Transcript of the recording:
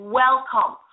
welcome